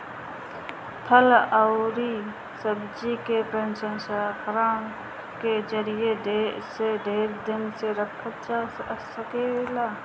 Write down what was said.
फल अउरी सब्जी के प्रसंस्करण के जरिया से ढेर दिन ले रखल जा सकेला